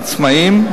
העצמאיים,